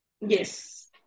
Yes